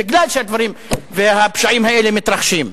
מכיוון שהפשעים האלה מתרחשים.